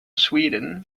sweden